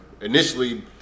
Initially